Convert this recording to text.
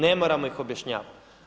Ne moramo ih objašnjavati.